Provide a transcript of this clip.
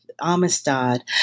Amistad